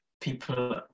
people